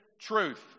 truth